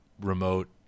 remote